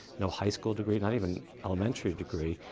no high school degree, not even an elementary degree.